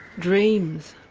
dreams,